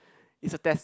it's a test